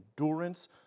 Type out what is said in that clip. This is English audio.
endurance